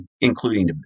including